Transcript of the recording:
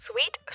Sweet